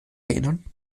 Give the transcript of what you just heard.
erinnern